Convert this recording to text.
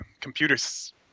computers